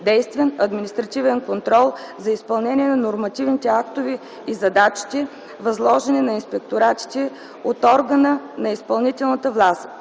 действен административен контрол за изпълнение на нормативните актове и задачите, възложени на инспекторатите от органа на изпълнителната власт,